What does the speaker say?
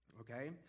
okay